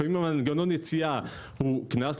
לפעמים מנגנון היציאה הוא קנס,